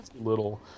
little